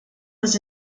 was